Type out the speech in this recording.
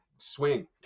swing